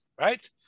Right